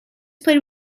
played